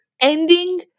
ending